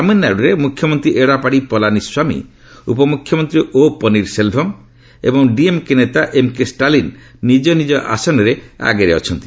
ତାମିଲନାଡୁରେ ମୁଖ୍ୟମନ୍ତ୍ରୀ ଏଡାପାଡ଼ି ପଲାନୀ ସ୍ୱାମୀ ଉପମୁଖ୍ୟମନ୍ତ୍ରୀ ଓ ପନିର ସେଲଭମ୍ ଏବଂ ଡିଏମ୍କେ ନେତା ଏମ୍କେ ଷ୍ଟାଲିନ୍ ନିଜ ନିଜ ଆସନରେ ଆଗରେ ଅଛନ୍ତି